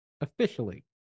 officially